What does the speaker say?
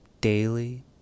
daily